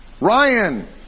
Ryan